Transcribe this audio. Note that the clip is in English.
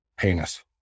heinous